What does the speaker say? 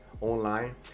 online